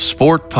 Sport